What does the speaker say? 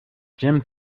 jim